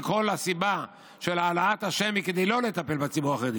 וכי כל הסיבה של העלאת השם היא כדי לא לטפל בציבור החרדי.